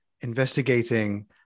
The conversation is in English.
investigating